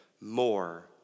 more